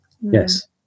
Yes